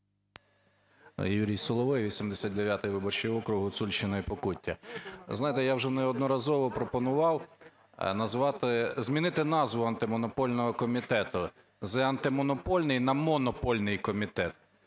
Юрій Соловей, 89 виборчий округ, Гуцульщина і Покуття. Знаєте, я вже неодноразово пропонував назвати… змінити назву Антимонопольного комітету з "антимонопольний" на "монопольний" комітет.